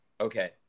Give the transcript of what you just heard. Okay